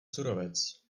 surovec